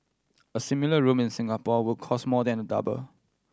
a similar room in Singapore would cost more than double